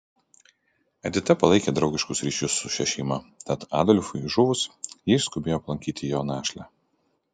edita palaikė draugiškus ryšius su šia šeima tad adolfui žuvus ji išskubėjo aplankyti jo našlę